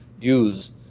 use